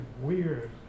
weird